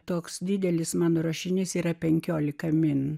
toks didelis mano rašinys yra penkiolikamin